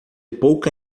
pouca